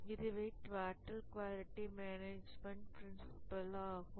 இதுவே total quality management principle ஆகும்